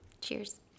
Cheers